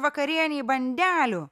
vakarienei bandelių